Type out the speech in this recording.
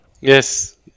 yes